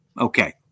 Okay